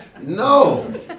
No